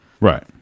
Right